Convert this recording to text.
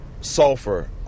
sulfur